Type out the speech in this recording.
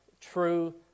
true